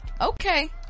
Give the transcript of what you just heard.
Okay